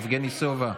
יבגני סובה,